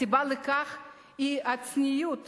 הסיבה לכך היא הצניעות